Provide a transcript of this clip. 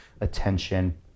attention